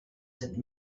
sept